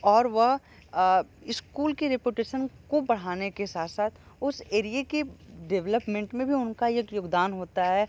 और वह स्कूल की रिपुटेशन को बढ़ाने साथ साथ उस एरिये की डेवलपमेंट में भी उनका एक योगदान होता है